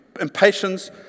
Impatience